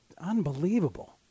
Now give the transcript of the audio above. unbelievable